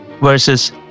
versus